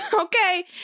okay